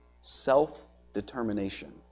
self-determination